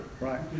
Right